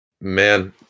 man